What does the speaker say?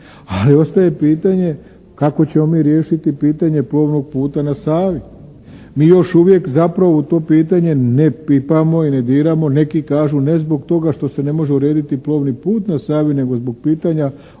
ali ostaje pitanje kako ćemo mi riješiti pitanje plovnog puta na Savi. Mi još uvijek zapravo u to pitanje ne pipamo i ne diramo, neki kažu ne zbog toga što se ne može urediti plovni put na Savi nego zbog pitanja